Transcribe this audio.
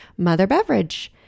motherbeverage